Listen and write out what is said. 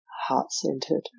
heart-centered